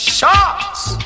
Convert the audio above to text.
Shots